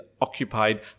occupied